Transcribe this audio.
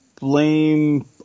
blame